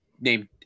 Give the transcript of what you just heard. named